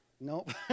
Nope